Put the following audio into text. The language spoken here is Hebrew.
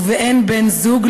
ובאין בן-זוג,